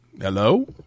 Hello